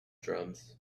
drums